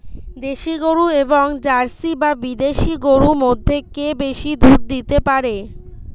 দেশী গরু এবং জার্সি বা বিদেশি গরু মধ্যে কে বেশি দুধ দিতে পারে?